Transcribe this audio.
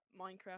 Minecraft